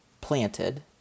planted